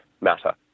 matter